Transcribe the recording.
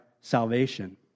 salvation